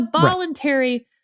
voluntary